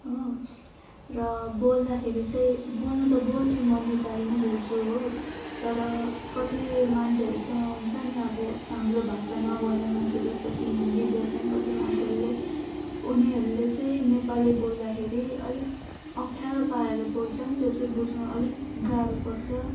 हो र बोल्दाखेरि चाहिँ बोल्नु त बोल्छु म नेपाली नै बोल्छु हो तर कति मान्छेहरूसँग हुन्छ नि अब हाम्रो भाषा नबोल्ने मान्छे जस्तो कि हिन्दी बोल्छन् कति मान्छेहरूले उनीहरूले चाहिँ नेपाली बोल्दाखेरि अलिक अप्ठ्यारो पाराले बोल्छन् त्यो चाहिँ बुझ्नु अलिक गाह्रो पर्छ